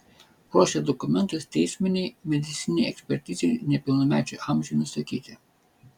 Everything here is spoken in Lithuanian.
ruošia dokumentus teisminei medicininei ekspertizei nepilnamečių amžiui nustatyti